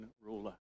ruler